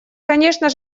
конечно